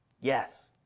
Yes